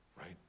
right